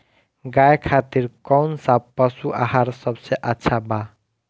गाय खातिर कउन सा पशु आहार सबसे अच्छा बा?